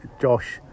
Josh